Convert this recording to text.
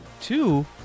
two